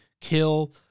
kill